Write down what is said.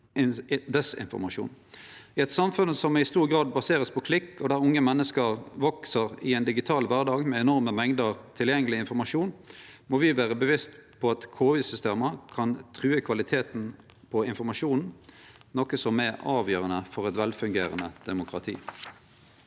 I eit samfunn som i stor grad er basert på klikk, og der unge menneske veks opp i ein digital kvardag med enorme mengder tilgjengeleg informasjon, må me vere bevisste på at KI-system kan true kvaliteten på informasjonen, noko som er avgjerande for eit velfungerande demokrati.